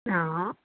ആ